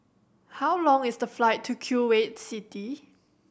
how long is the flight to Kuwait City